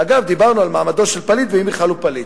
אגב, דיברנו על מעמדו של פליט ואם בכלל הוא פליט.